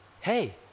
hey